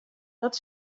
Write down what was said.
dat